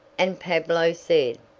and pablo said,